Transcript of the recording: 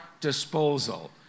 disposal